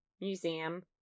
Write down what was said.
Museum